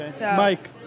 Mike